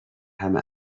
همه